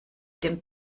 dem